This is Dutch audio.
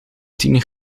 tien